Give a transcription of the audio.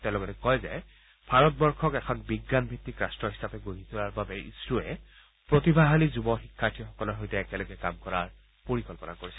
তেওঁ লগতে কয় যে ভাৰতবৰ্ষক এখন বিজ্ঞান ভিত্তিক ৰাট্ট হিচাপে গঢ়ি তোলাৰ বাবে ইছৰোৱে প্ৰতিভাশালী যুৱ শিক্ষাৰ্থীসকলৰ সৈতে একেলগে কাম কৰাৰ পৰিকল্পান কৰিছে